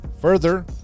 Further